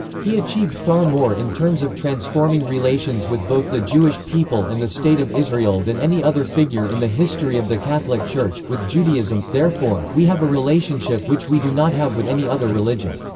he achieved far more in terms of transforming relations with both the jewish people and the state of israel than any other figure in the history of the catholic church. with judaism, therefore, we have a relationship which we do not have with any other religion.